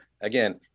again